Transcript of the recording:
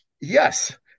Yes